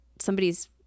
somebody's